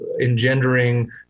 engendering